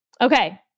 Okay